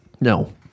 No